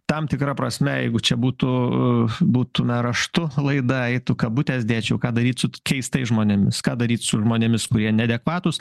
tam tikra prasme jeigu čia būtų būtume raštu laida eitų kabutės dėčiau ką daryt su keistais žmonėmis ką daryt su žmonėmis kurie neadekvatūs